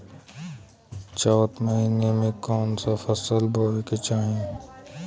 चैत महीना में कवन फशल बोए के चाही?